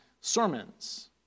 sermons